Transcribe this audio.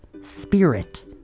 spirit